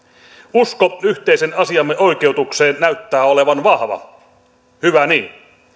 usko yhteisen asiamme oikeutukseen näyttää olevan vahva hyvä niin